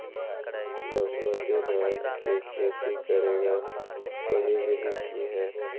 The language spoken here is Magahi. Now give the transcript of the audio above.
बासमती धान के खेती करेगा सही विधि की हय?